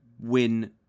win